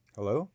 Hello